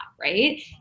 right